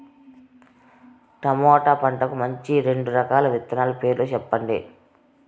tomato పంటకు మంచి రెండు రకాల విత్తనాల పేర్లు సెప్పండి